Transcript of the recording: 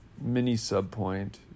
mini-sub-point